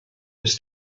was